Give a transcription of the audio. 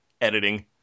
editing